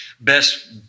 Best